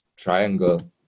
Triangle